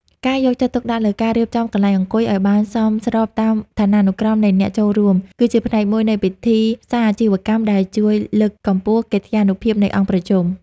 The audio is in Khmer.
ការយកចិត្តទុកដាក់លើការរៀបចំកន្លែងអង្គុយឱ្យបានសមស្របតាមឋានានុក្រមនៃអ្នកចូលរួម គឺជាផ្នែកមួយនៃពិធីសារអាជីវកម្មដែលជួយលើកកម្ពស់កិត្យានុភាពនៃអង្គប្រជុំ។